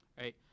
right